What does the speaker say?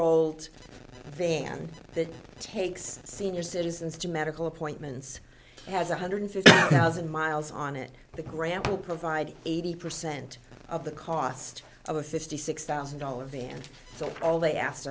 old van that takes senior citizens to medical appointments has one hundred fifty thousand miles on it the grant will provide eighty percent of the cost of a fifty six thousand dollars van so all they asked